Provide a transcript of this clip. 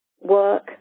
work